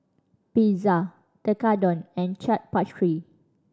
Pizza Tekkadon and Chaat